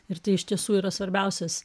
ir tai iš tiesų yra svarbiausias